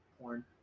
porn